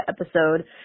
episode